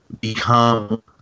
become